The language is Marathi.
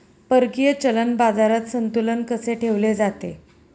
परकीय चलन बाजारात संतुलन कसे ठेवले जाते?